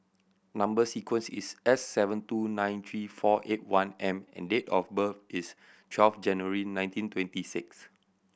number sequence is S seven two nine three four eight one M and date of birth is twelve January nineteen twenty six